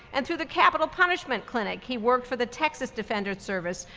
and through the capital punishment clinic he worked for the texas defender service,